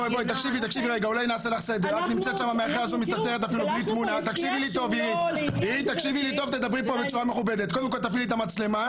תקשיבי לי טוב, אירית, קודם כל תפעילי את המצלמה,